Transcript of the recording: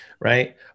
right